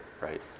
right